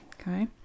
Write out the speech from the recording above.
Okay